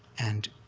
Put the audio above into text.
and